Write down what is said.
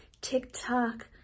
TikTok